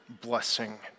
blessing